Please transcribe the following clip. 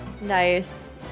Nice